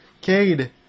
Cade